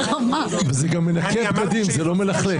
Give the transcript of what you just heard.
זה גם מנקה בגדים, זה לא מלכלך.